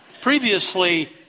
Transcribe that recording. Previously